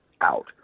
out